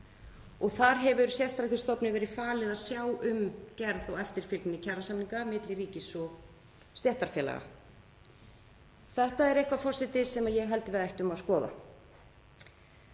Þar hefur sérstakri stofnun verið falið að sjá um gerð og eftirfylgni kjarasamninga milli ríkis og stéttarfélaga. Þetta er eitthvað sem ég held að við ættum að skoða.